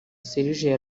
sergei